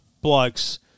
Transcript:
blokes